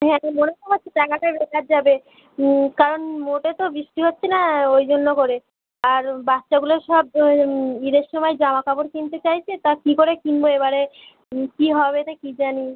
হ্যাঁ তো মনে তো হচ্ছে টাকাটা বেকার যাবে কারণ মোটে তো বৃষ্টি হচ্ছে না ওই জন্য করে আর বাচ্চাগুলো সব ঈদের সমায় জামা কাপড় কিনতে চাইছে তা কী করে কিনবো এবারে কী হবে তা কী জানি